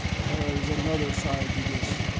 there is another side to this,